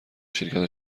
شرکت